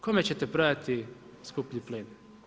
Kome ćete prodati skuplji plin?